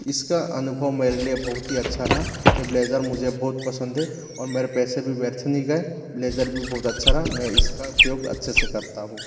इसका अनुभव मेरे लिए बहुत ही अच्छा रहा ये ब्लेजर मुझे बहुत पसंद है और मेरे पैसे भी व्यर्थ नहीं गए ब्लेज़र भी बहुत अच्छा रहा मैं इसका प्रयोग अच्छे से करता हूँ